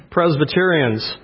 Presbyterians